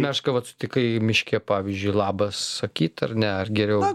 mešką vat sutikai miške pavyzdžiui labas sakyt ar ne ar geriau